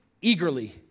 eagerly